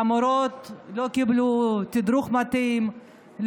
המורות לא קיבלו תדרוך מתאים,